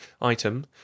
Item